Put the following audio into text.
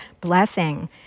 blessing